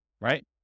right